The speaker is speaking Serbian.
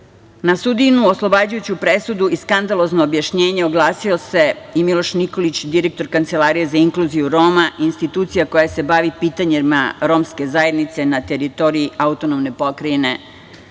sudijinu oslobađajuću presudu i skandalozno objašnjenje oglasio se i Miloš Nikolić, direktor Kancelarije za inkluziju Roma, institucija koja se bavi pitanjima romske zajednice na teritoriji AP Vojvodine.